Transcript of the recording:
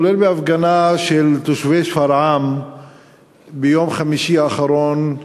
כולל בהפגנה של תושבי שפרעם ביום חמישי האחרון,